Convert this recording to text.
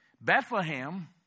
Bethlehem